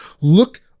Look